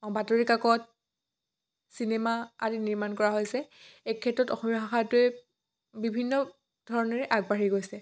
বাতৰিকাকত চিনেমা আদি নিৰ্মাণ কৰা হৈছে এইক্ষেত্ৰত অসমীয়া ভাষাটোৱে বিভিন্ন ধৰণেৰে আগবাঢ়ি গৈছে